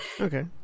Okay